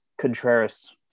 Contreras